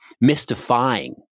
mystifying